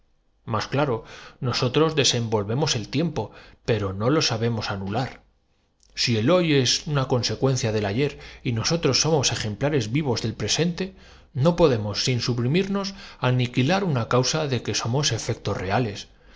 más claro nosotros desenvolvemos el tiempo pero no lo sabemos anular si el hoy es una consecuencia del ayer y nosotros somos ejemplares vivos del presente no podemos sin suprimirnos aniquilar una causa de que somos efectos reales